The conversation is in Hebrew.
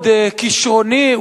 מאוד כשרוני,